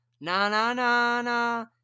na-na-na-na